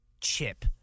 Chip